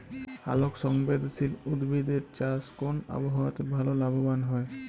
আলোক সংবেদশীল উদ্ভিদ এর চাষ কোন আবহাওয়াতে ভাল লাভবান হয়?